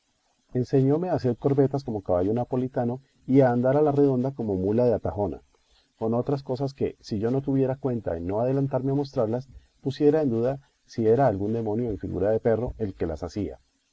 enseñóme a hacer corvetas como caballo napolitano y a andar a la redonda como mula de atahona con otras cosas que si yo no tuviera cuenta en no adelantarme a mostrarlas pusiera en duda si era algún demonio en figura de perro el que las hacía